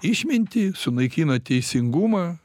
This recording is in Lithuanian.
išmintį sunaikina teisingumą